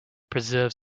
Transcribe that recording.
preserves